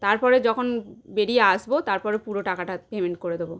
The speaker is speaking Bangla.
তারপরে যখন বেরিয়ে আসবো তারপরে পুরো টাকাটা পেমেন্ট করে দেবো